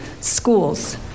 schools